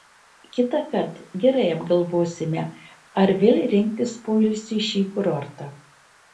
kitąkart gerai apgalvosime ar vėl rinktis poilsiui šį kurortą